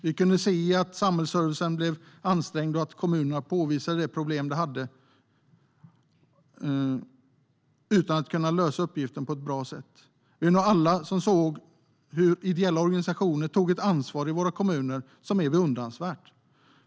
Vi kunde se att samhällsservicen blev ansträngd och att kommuner påvisade problem när det gällde att lösa sina uppgifter på ett bra sätt. Vi är nog många som såg hur ideella organisationer tog ett ansvar i våra kommuner som är beundransvärt.